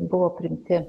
buvo priimti